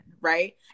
right